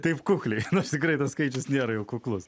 taip kukliai nors tikrai tas skaičius nėra jau kuklus